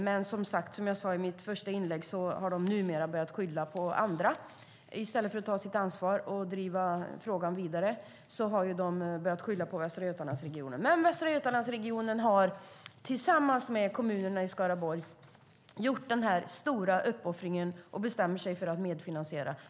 Men som jag sade i mitt första inlägg har de numera börjat skylla på andra. I stället för att ta sitt ansvar och driva frågan vidare har de börjat skylla på Västra Götalandsregionen. Men Västra Götalandsregionen har tillsammans med kommunerna i Skaraborg gjort denna stora uppoffring och bestämt sig för att medfinansiera.